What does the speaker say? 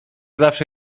zawsze